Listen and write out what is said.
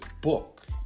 book